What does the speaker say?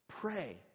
pray